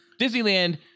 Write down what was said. Disneyland